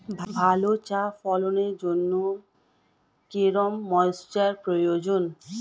ভালো চা ফলনের জন্য কেরম ময়স্চার প্রয়োজন?